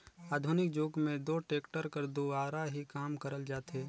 आधुनिक जुग मे दो टेक्टर कर दुवारा ही काम करल जाथे